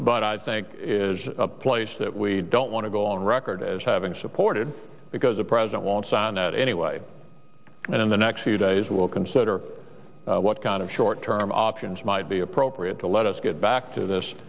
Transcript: but i think it is a place that we don't want to go on record as having supported because the president wants an et anyway and in the next few days we will consider what kind of short term options might be appropriate to let us get back to this